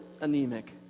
anemic